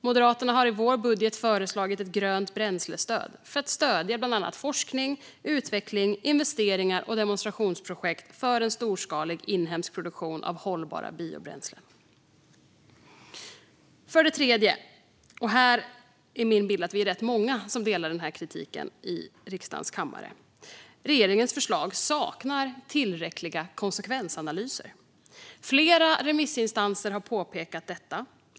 Moderaterna har i sin budget föreslagit ett grönt bränslestöd för att stödja bland annat forskning, utveckling, investeringar och demonstrationsprojekt för en storskalig inhemsk produktion av hållbara biobränslen. För det tredje - här är min bild att vi är rätt många i riksdagens kammare som delar denna kritik - saknar regeringens förslag tillräckliga konsekvensanalyser. Flera remissinstanser har påpekat detta.